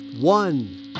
one